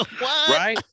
right